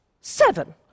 Seven